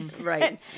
Right